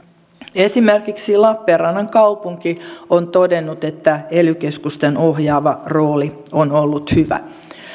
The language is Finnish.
esimerkiksi lappeenrannan kaupunki on todennut että ely keskusten ohjaava rooli on ollut hyvä